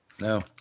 no